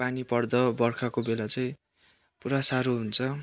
पानी पर्दा बर्खाको बेला चाहिँ पुरा साह्रो हुन्छ